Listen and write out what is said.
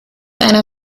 einer